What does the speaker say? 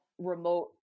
Remote